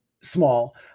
small